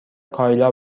کایلا